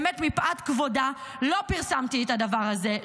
באמת מפאת כבודה, לא פרסמתי את הדבר הזה.